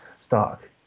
stock